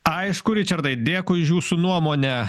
aišku ričardai dėkui už jūsų nuomonę